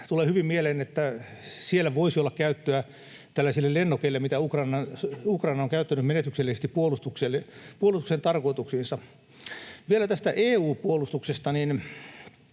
tulee hyvin mieleen, että siellä voisi olla käyttöä tällaisille lennokeille, mitä Ukraina on käyttänyt menestyksellisesti puolustuksensa tarkoituksiin. Vielä tästä EU-puolustuksesta